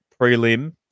prelim